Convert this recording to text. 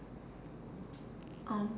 um